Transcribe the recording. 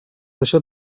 això